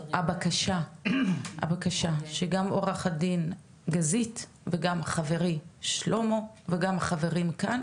הבקשה שגם עורכת הדין גזית וגם חברי שלמה וגם חברים כאן,